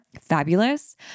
Fabulous